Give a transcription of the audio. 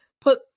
put